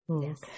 Yes